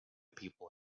people